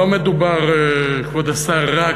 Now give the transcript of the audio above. כבוד השר,